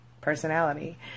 personality